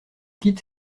quitte